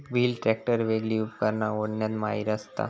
wheel tractor वेगली उपकरणा ओढण्यात माहिर असता